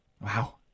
Wow